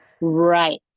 right